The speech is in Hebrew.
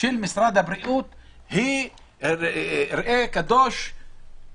של משרד הבריאות היא כזה ראה וקדש,